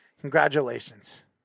Congratulations